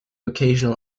occasional